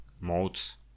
modes